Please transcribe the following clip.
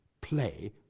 play